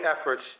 efforts